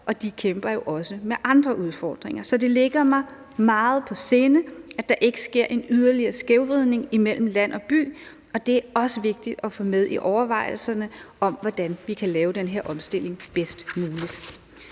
og de kæmper jo også med andre udfordringer. Så det ligger mig meget på sinde, at der ikke sker en yderligere skævvridning imellem land og by, og det er også vigtigt at få med i overvejelserne om, hvordan vi kan lave den her omstilling bedst muligt.